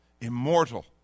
immortal